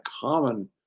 common